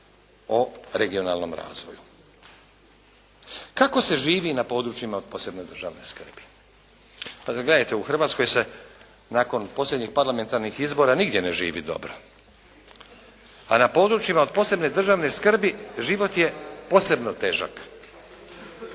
o regionalnom razvoju. Kako se živi na područjima od posebne državne skrbi? Gledajte, u Hrvatskoj se nakon posljednjih parlamentarnih izbora nigdje ne živi dobro. A na područjima od posebne državne skrbi život je posebno težak.